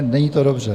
Není to dobře.